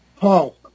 Paul